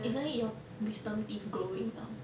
isn't it your wisdom teeth growing now